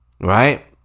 right